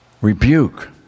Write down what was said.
Rebuke